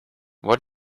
what